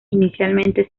inicialmente